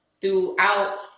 throughout